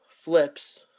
flips